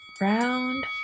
round